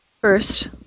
first